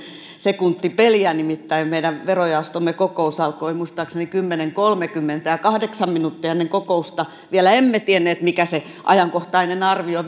sekuntipeliä nimittäin meidän verojaostomme kokous alkoi muistaakseni kymmenen piste kolmekymmentä ja kahdeksan minuuttia ennen kokousta vielä emme tienneet mikä se ajankohtainen arvio